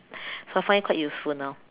so I find it quite useful now